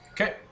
Okay